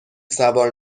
سوار